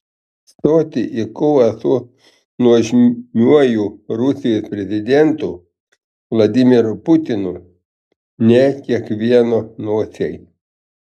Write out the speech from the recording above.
stoti į kovą su nuožmiuoju rusijos prezidentu vladimiru putinu ne kiekvieno nosiai